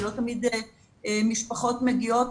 כי לא תמיד משפחות מגיעות,